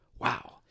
wow